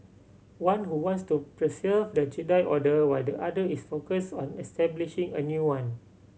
one who wants to preserve the Jedi Order while the other is focused on establishing a new one